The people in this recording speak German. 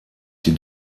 die